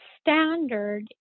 standard